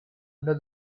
under